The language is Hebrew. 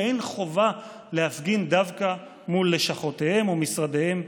ואין חובה להפגין דווקא מול לשכותיהם או משרדיהם,